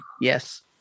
Yes